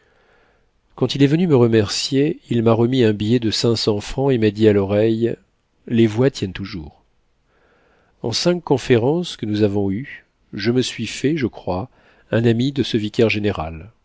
quand il est venu me remercier il m'a remis un billet de cinq cents francs et m'a dit à l'oreille les voix tiennent toujours en cinq conférences que nous avons eues je me suis fait je crois un ami de ce vicaire général